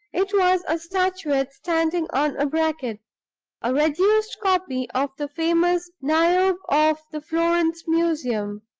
it was a statuette standing on a bracket a reduced copy of the famous niobe of the florence museum.